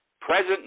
present